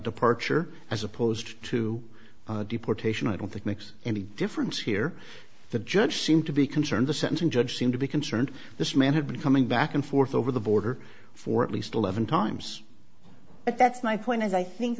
departure as opposed to deportation i don't think makes any difference here the judge seemed to be concerned the sentencing judge seemed to be concerned this man had been coming back and forth over the border for at least eleven times but that's my point is i think